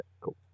cool